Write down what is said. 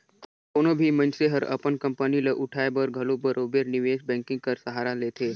कोनो भी मइनसे हर अपन कंपनी ल उठाए बर घलो बरोबेर निवेस बैंकिंग कर सहारा लेथे